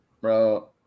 Bro